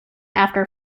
after